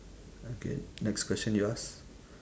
okay next question you ask